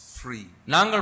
free